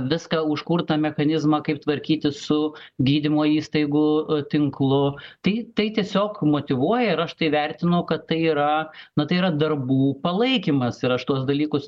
viską užkurtą mechanizmą kaip tvarkytis su gydymo įstaigų tinklu tai tai tiesiog motyvuoja ir aš tai vertinu kad tai yra na tai yra darbų palaikymas ir aš tuos dalykus